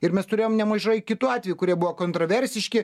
ir mes turėjom nemažai kitų atvejų kurie buvo kontroversiški